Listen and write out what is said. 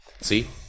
See